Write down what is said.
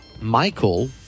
Michael